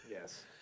Yes